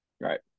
Right